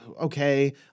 okay